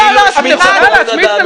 --- היא מהלכת אימים.